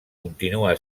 continua